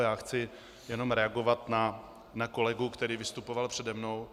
Já chci jenom reagovat na kolegu, který vystupoval přede mnou.